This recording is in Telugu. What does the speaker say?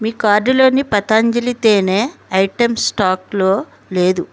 మీ కార్టులోని పతంజలి తేనె ఐటెం స్టాకులో లేదు